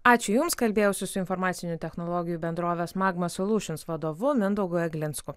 ačiū jums kalbėjausi su informacinių technologijų bendrovės magma soliūšins vadovu mindaugu eglinsku